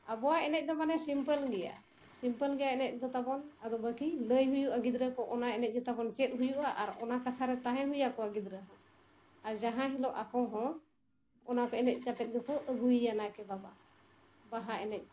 ᱟᱵᱚᱣᱟᱜ ᱮᱱᱮᱡ ᱫᱚ ᱢᱟᱱᱮ ᱥᱤᱢᱯᱚᱞ ᱜᱮᱭᱟ ᱥᱤᱢᱯᱚᱞ ᱜᱮᱭᱟ ᱮᱱᱮᱡ ᱫᱚ ᱛᱟᱵᱚᱱ ᱟᱫᱚ ᱵᱟᱹᱠᱤ ᱞᱟᱹᱭ ᱦᱩᱭᱩᱜᱼᱟ ᱜᱤᱫᱽᱨᱟᱹ ᱠᱚ ᱚᱱᱟ ᱮᱱᱮᱡ ᱜᱮᱛᱟᱵᱚᱱ ᱪᱮᱫ ᱦᱩᱭᱩᱜᱼᱟ ᱟᱨ ᱚᱱᱟ ᱠᱟᱛᱷᱟ ᱨᱮ ᱛᱟᱦᱮᱸ ᱦᱩᱭ ᱟᱠᱚᱣᱟ ᱜᱤᱫᱽᱨᱟᱹ ᱦᱚᱸ ᱟᱨ ᱡᱟᱦᱟᱸ ᱦᱤᱞᱳᱜ ᱟᱠᱚ ᱦᱚᱸ ᱚᱱᱟ ᱠᱚ ᱮᱱᱮᱡ ᱠᱟᱛᱮᱫ ᱜᱮᱠᱚ ᱟᱹᱜᱩᱭᱮᱭᱟ ᱱᱟᱭᱠᱮ ᱵᱟᱵᱟ ᱵᱟᱦᱟ ᱮᱱᱮᱡ